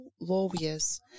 lawyers